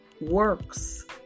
Works